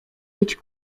być